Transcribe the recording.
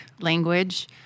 language